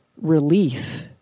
relief